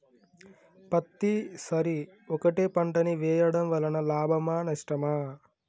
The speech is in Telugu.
పత్తి సరి ఒకటే పంట ని వేయడం వలన లాభమా నష్టమా?